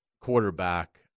quarterback